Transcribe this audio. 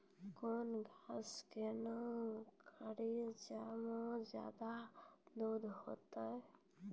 कौन घास किनैल करिए ज मे ज्यादा दूध सेते?